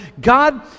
God